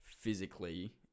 physically